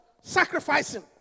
sacrificing